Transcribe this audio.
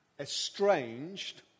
estranged